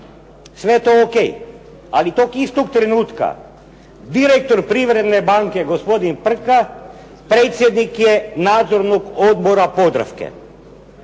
Sve je to ok, ali tog istog trenutka direktor Privredne banke gospodin Prka predsjednik je Nadzornog odbora "Podravke"